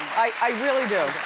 i really do.